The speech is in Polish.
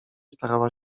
starała